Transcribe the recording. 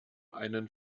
einen